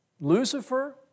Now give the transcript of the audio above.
Lucifer